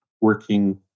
working